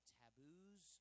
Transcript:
taboos